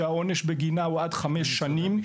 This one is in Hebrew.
שהעונש בגינה הוא עד חמש שנים.